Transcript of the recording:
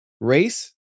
race